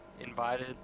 invited